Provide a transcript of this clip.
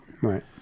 Right